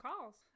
calls